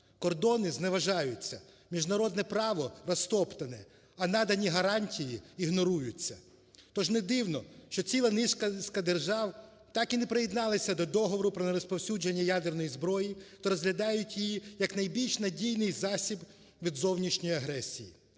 кордони зневажаються, міжнародне право розтоптане, а надані гарантії ігноруються. Тож не дивно, що ціла низка держав так і не приєдналися до договору про нерозповсюдження ядерної зброї та розглядають її як найбільш надійний засіб від зовнішньої агресії.